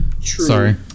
Sorry